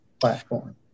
platform